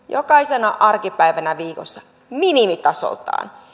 jokaisena arkipäivänä viikossa minimitasoltaan